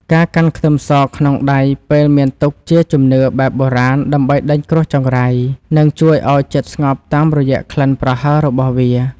ការកាន់ខ្ទឹមសក្នុងដៃពេលមានទុក្ខជាជំនឿបែបបុរាណដើម្បីដេញគ្រោះចង្រៃ និង ជួយឱ្យចិត្តស្ងប់តាមរយៈក្លិនប្រហើររបស់វា។